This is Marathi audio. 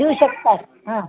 येऊ शकतात हा